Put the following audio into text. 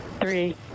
three